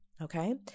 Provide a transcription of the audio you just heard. okay